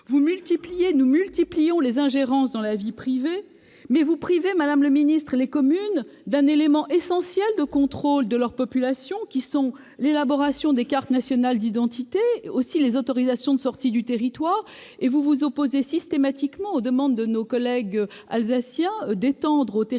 nous multiplions -les ingérences dans la vie privée, mais vous privez, madame la ministre, les communes d'un élément essentiel en matière de contrôle de leur population, à savoir l'élaboration des cartes nationales d'identité, ainsi que les autorisations de sortie du territoire, et vous vous opposez systématiquement aux demandes de nos collègues alsaciens d'étendre à tout le territoire